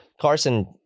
Carson